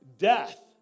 Death